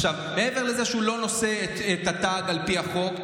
מעבר לזה שהוא לא נושא את התג על פי החוק,